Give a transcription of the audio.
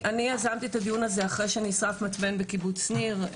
אני יזמתי את הדיון הזה אחרי שנשרף מתבן בקיבוץ ניר.